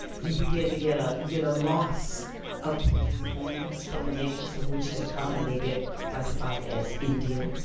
you begin to get a you get a loss of people's names from the nations from which they come, and they get classified as indian.